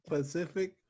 Pacific